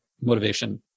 motivation